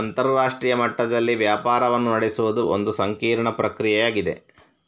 ಅಂತರರಾಷ್ಟ್ರೀಯ ಮಟ್ಟದಲ್ಲಿ ವ್ಯಾಪಾರವನ್ನು ನಡೆಸುವುದು ಒಂದು ಸಂಕೀರ್ಣ ಪ್ರಕ್ರಿಯೆಯಾಗಿದೆ